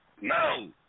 No